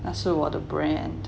那是我的 brand